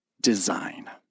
design